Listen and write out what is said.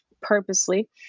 purposely